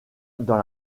dans